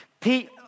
Pete